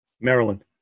Maryland